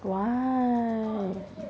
why